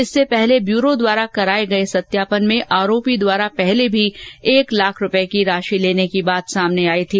इससे पहले ब्यूरो द्वारा कराए गए सत्यापन में आरोपी द्वारा पहले भी एक लाख रूपए की राशि ली गयी थी